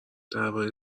درباره